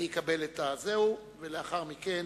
אפללו,